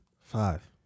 five